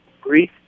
Greece